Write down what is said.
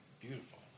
beautiful